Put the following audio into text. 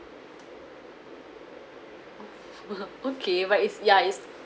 okay but is ya is